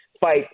fight